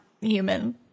human